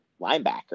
linebacker